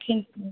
ஓகேங்க சார்